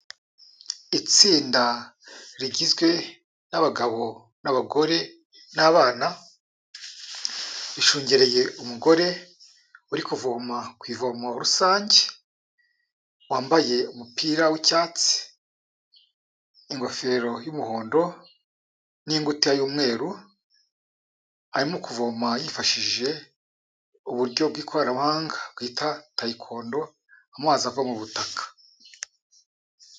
Itsinda rigizwe n'abagabo n'abagore n'abana, rishungereye umugore uri kuvoma ku ivomo rusange, wambaye umupira w'icyatsi, ingofero y'umuhondo n'ingutiya y'umweru, arimo kuvoma yifashije uburyo bw'ikoranabuhanga twita tayikondo, amazi ava mu butaka.